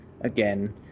again